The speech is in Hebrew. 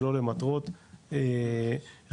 שלא למטרות רכש,